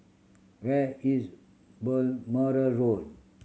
where is Balmoral Road